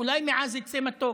אולי מעז יֵצא מתוק,